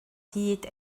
hyd